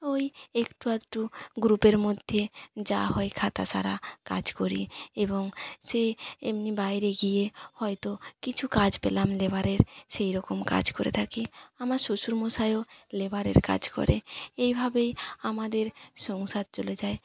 ওই একটু আধটু গ্রুপের মধ্যে যা হয় খাতা সারা কাজ করি এবং সেই এমনি বাইরে গিয়ে হয়তো কিছু কাজ পেলাম লেবারের সেই রকম কাজ করে থাকি আমার শ্বশুর মশাইও লেবারের কাজ করে এইভাবেই আমাদের সংসার চলে যায়